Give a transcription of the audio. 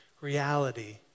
reality